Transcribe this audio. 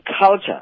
culture